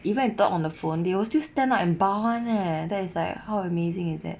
even they talk on the phone they will still stand up and bow [one] leh that is like how amazing is that